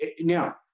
now